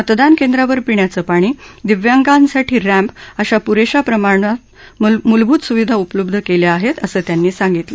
मतदान केंद्रांवर पिण्याचं पाणी दिव्यांगांसाठी रॅम्प यांच्यासह पुरधी प्रमाणात मूलभूत सुविधा उपलब्ध कल्या आहेत असं त्यांनी सांगितलं